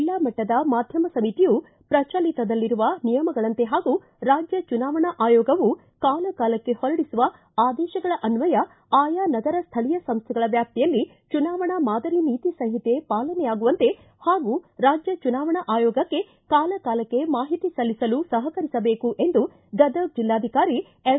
ಜಿಲ್ಲಾ ಮಟ್ಟದ ಮಾಧ್ಯಮ ಸಮಿತಿಯು ಪ್ರಚಲಿತದಲ್ಲಿರುವ ನಿಯಮಗಳಂತೆ ಹಾಗೂ ರಾಜ್ಯ ಚುನಾವಣಾ ಆಯೋಗವು ಕಾಲಕಾಲಕ್ಕೆ ಹೊರಡಿಸುವ ಆದೇಶಗಳನ್ವಯ ಆಯಾ ನಗರ ಸ್ಥಳೀಯ ಸಂಸ್ಥೆಗಳ ವ್ಯಾಪ್ತಿಯಲ್ಲಿ ಚುನಾವಣಾ ಮಾದರಿ ನೀತಿ ಸಂಹಿತೆ ಪಾಲನೆಯಾಗುವಂತೆ ಹಾಗೂ ರಾಜ್ಯ ಚುನಾವಣಾ ಆಯೋಗಕ್ಕೆ ಕಾಲಕಾಲಕ್ಕೆ ಮಾಹಿತಿ ಸಲ್ಲಿಸಲು ಸಹಕರಿಸಬೇಕೆಂದು ಗದಗ ಜೆಲ್ಲಾಧಿಕಾರಿ ಎಂ